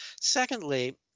secondly